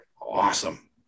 awesome